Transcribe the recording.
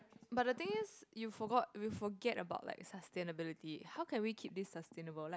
but the thing is you forgot we forget about like sustainability how can we keep this sustainable like